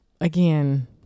again